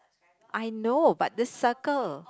I know but this settle